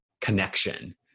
connection